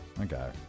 Okay